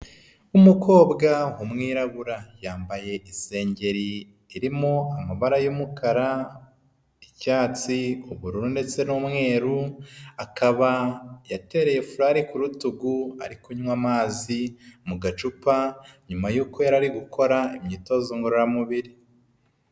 Umukobwa umwirabura yambaye isengeri irimo amabara y'umukara, icyatsi ,ubururu ndetse n'umweru, akaba yatereye furari ku rutugu, ari kunywa amazi mu gacupa, nyuma y'uko yari ari gukora imyitozo ngororamubiri.